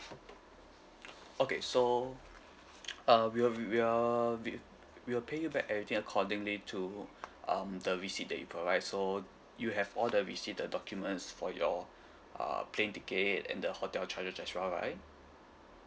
okay so uh we will we will we we will pay you back everything accordingly to um the receipt that you provide so you have all the receipt the documents for your uh plane ticket and the hotel charges as well right